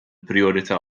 prijorità